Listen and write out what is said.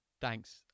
Thanks